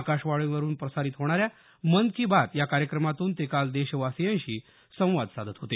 आकाशवाणीवरुन प्रसारित होणाऱ्या मन की बात या कार्यक्रमातून ते काल देशवासियांशी संवाद साधत होते